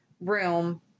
room